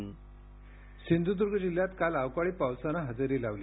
script Sindhudurg जिल्ह्यात काल अवकाळी पावसान हजेरी लावली